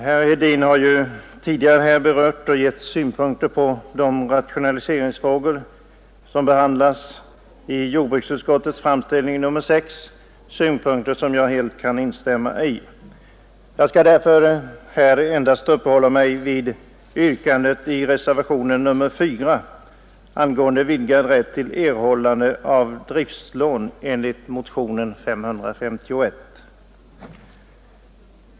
Herr talman! Herr Hedin har tidigare gett synpunkter på de rationaliseringsfrågor som nu behandlas i jordbruksutskottets betänkande nr 6, synpunkter som jag helt kan instämma i. Jag skall därför endast uppehålla mig vid yrkandet i reservationen 4 angående vidgad rätt till erhållande av driftslån enligt motionen 551.